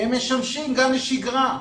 הם משמשים גם לשגרה.